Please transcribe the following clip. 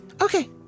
okay